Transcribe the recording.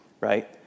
Right